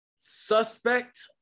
suspect